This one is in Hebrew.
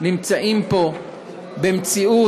נמצאים פה במציאות